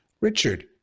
Richard